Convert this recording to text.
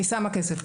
אני שמה כסף.